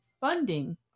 funding